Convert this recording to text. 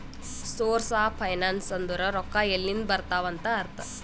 source of finance ಅಂದುರ್ ರೊಕ್ಕಾ ಎಲ್ಲಿಂದ್ ಬರ್ತಾವ್ ಅಂತ್ ಅರ್ಥ